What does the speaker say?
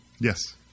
Yes